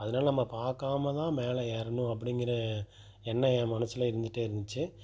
அதனால நம்ம பார்க்காமா தான் மேலே ஏறணும் அப்படிங்குற எண்ணம் என் மனசில் இருந்துகிட்டே இருந்துச்சு